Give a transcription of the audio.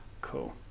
cool